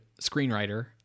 screenwriter